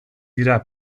dira